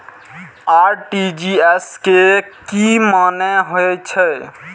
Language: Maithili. आर.टी.जी.एस के की मानें हे छे?